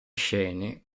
scene